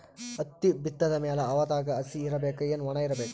ಹತ್ತಿ ಬಿತ್ತದ ಮ್ಯಾಲ ಹವಾದಾಗ ಹಸಿ ಇರಬೇಕಾ, ಏನ್ ಒಣಇರಬೇಕ?